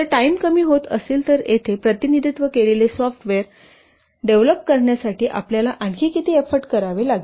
जर टाइम कमी होत असेल तर येथे प्रतिनिधित्व केलेले सॉफ्टवेअर डेव्हलप करण्यासाठी आपल्याला आणखी किती एफ्फोर्ट करावे लागतील